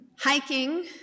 Hiking